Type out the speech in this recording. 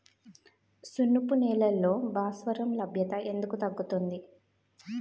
సున్నపు నేలల్లో భాస్వరం లభ్యత ఎందుకు తగ్గుతుంది?